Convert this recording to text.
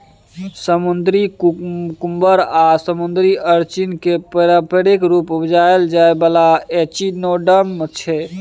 समुद्री कुकुम्बर आ समुद्री अरचिन केँ बेपारिक रुप उपजाएल जाइ बला एचिनोडर्म छै